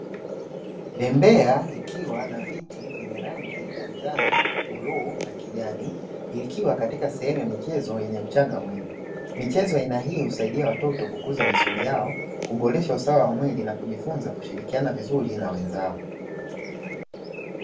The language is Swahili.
Bembea ikiwa na viti vyenye rangi ya njano, bluu na kijani ikiwa katika sehemu ya michezo yenye mchanga mwingi. Michezo ya aina hii husaidia watoto kukuza misuli yao, kuboresha usawa wa mwili na kujifunza kushirikiana vizuri na wenzao.